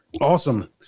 Awesome